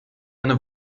eine